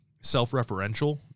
self-referential